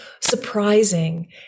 surprising